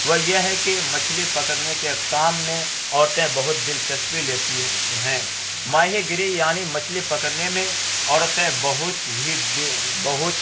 وہ یہ ہے کہ مچھلی پکڑنے کے کام میں عورتیں بہت دلچسپی لیتی ہیں ماہی گیری یعنی مچھلی پکڑنے میں عورتیں بہت ہی بہت